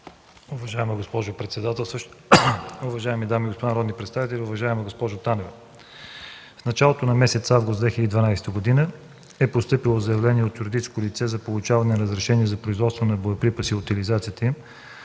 Уважаема госпожо председателстваща, уважаеми дами и господа народни представители! Уважаема госпожо Танева, в началото на месец август 2012 г. е постъпило заявление от юридическо лице за получаване на разрешение за производство на боеприпаси и утализацията им